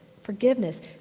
forgiveness